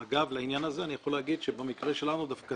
לעניין הזה אני יכול לומר שבמקרה שלנו דווקא